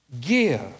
give